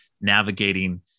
navigating